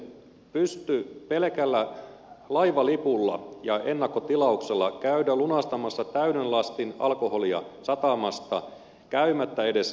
aikaisemmin pystyi pelkällä laivalipulla ja ennakkotilauksella käymään lunastamassa täyden lastin alkoholia satamasta käymättä edes tallinnassa